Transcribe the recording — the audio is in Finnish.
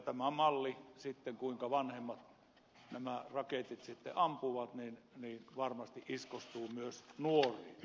tämä malli kuinka vanhemmat nämä raketit ampuvat varmasti iskostuu myös nuoriin